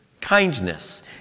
kindness